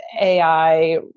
AI